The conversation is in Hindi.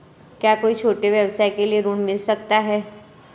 क्या कोई छोटे व्यवसाय के लिए ऋण मिल सकता है?